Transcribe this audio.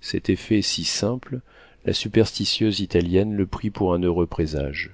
cet effet si simple la superstitieuse italienne le prit pour un heureux présage